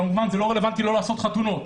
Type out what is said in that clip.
כמובן לא רלוונטי לא לעשות חתונות,